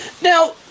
Now